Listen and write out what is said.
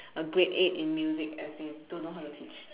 a grade eight in music and they don't know how to teach